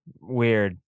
weird